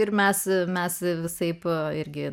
ir mes mes visaip irgi